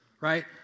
right